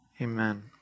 Amen